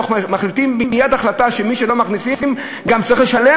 מחליטים מייד שעל מה שלא מכניסים גם צריך לשלם